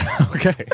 okay